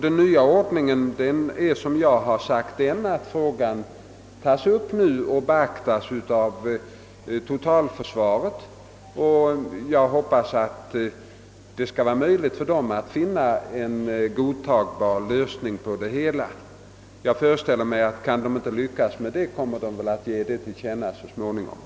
Den nya ordningen innebär, såsom jag sagt, att frågan nu tas upp för att beaktas av totalförsvaret. Jag hoppas, att det skall bli möjligt för försvarsmyndigheterna att finna en godtagbar lösning på det hela. Om man inte lyckas med sin uppgift, kommer väl detta så småningom att ges till känna.